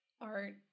art